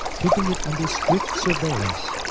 keeping it under strict surveillance,